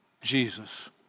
Jesus